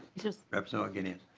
just absolute unit.